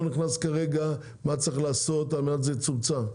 נכנס כרגע מה צריך לעשות על מנת שזה יצומצם,